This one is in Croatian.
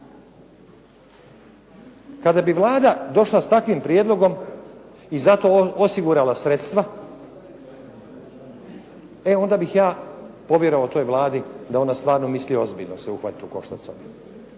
Kada bi Vlada došla s takvim prijedlogom i za to osigurala sredstva e onda bih ja povjerovao toj Vladi da ona stvarno misli ozbiljno se uhvatiti u koštac